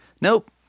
nope